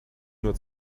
nur